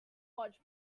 much